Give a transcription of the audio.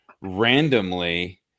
randomly